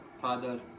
father